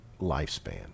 lifespan